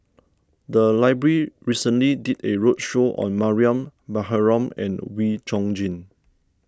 the library recently did a roadshow on Mariam Baharom and Wee Chong Jin